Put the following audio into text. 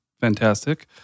fantastic